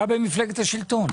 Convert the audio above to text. אתה במפלגת השלטון.